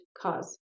cause